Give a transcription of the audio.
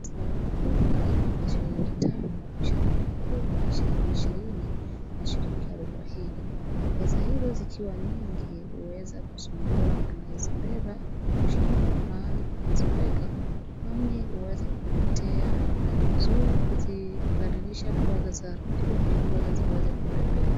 Sarafu nikama za shilingi tano, shilingi kumi, shilingi ishirini na shilingi arubaini. Pesa hizo zikiwa nyingi, huweza kusumbua anayezibeba na kushindwa mahali kuziweka kwani huweza kupotea na ni vizuri kuzibadilisha kuwa za sarafu ndiposa ziweze kubebeka.